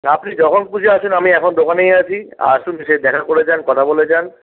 আপনি যখন খুশি আসেন আমি এখন দোকানেই আছি আসুন এসে দেখা করে যান কথা বলে যান